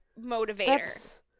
motivator